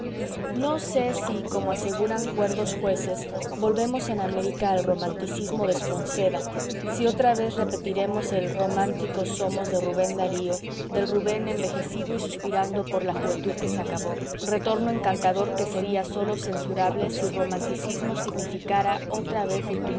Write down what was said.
no sé si como aseguran cuerdos jueces volvemos en américa al romanticismo de